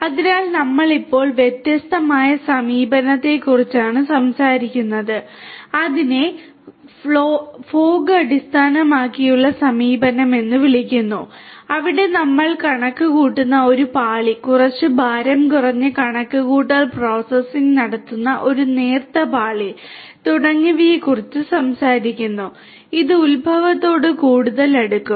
അതിനാൽ നമ്മൾ ഇപ്പോൾ വ്യത്യസ്തമായ സമീപനത്തെക്കുറിച്ചാണ് സംസാരിക്കുന്നത് അതിനെ ഫോഗ് അടിസ്ഥാനമാക്കിയുള്ള സമീപനം എന്ന് വിളിക്കുന്നു അവിടെ നമ്മൾ കണക്കുകൂട്ടുന്ന ഒരു പാളി കുറച്ച് ഭാരം കുറഞ്ഞ കണക്കുകൂട്ടൽ പ്രോസസ്സിംഗ് നടത്തുന്ന ഒരു നേർത്ത പാളി തുടങ്ങിയവയെക്കുറിച്ച് സംസാരിക്കുന്നു ഇത് ഉത്ഭവത്തോട് കൂടുതൽ അടുക്കും